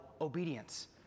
obedience